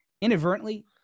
inadvertently